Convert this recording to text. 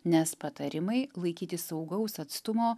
nes patarimai laikytis saugaus atstumo